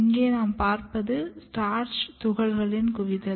இங்கே நாம் பார்ப்பது ஸ்டார்ச் துகள்கள் குவிதல்